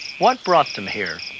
what brought them here?